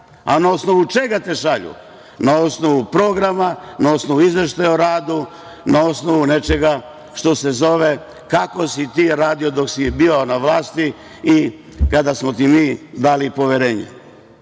A na osnovu čega te šalju? Na osnovu programa, na osnovu izveštaja o radu, na osnovu nečega što se zove kako si ti radio dok si bio na vlasti i kada smo ti mi dali poverenje. Prošlo